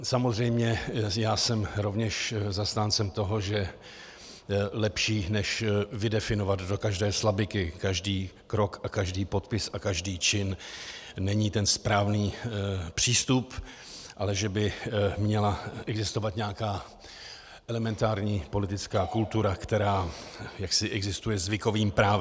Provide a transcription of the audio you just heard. Samozřejmě já jsem rovněž zastáncem toho, že lepší než vydefinovat do každé slabiky každý krok a každý podpis a každý čin není ten správný přístup, ale že by měla existovat nějaká elementární politická kultura, která existuje zvykovým právem.